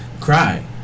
cry